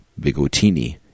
Bigotini